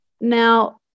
Now